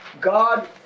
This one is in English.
God